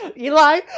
Eli